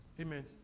Amen